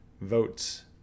votes